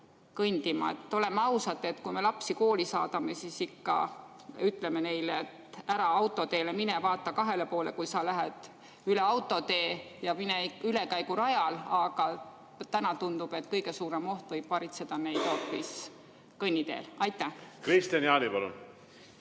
kõndima? Oleme ausad, kui me lapsi kooli saadame, siis ikka ütleme neile, et ära autoteele mine, vaata kahele poole, kui sa lähed üle autotee, ja mine ülekäigurajal, aga praegu tundub, et kõige suurem oht võib varitseda hoopis kõnniteel. Kristian Jaani, palun!